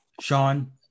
Sean